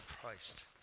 Christ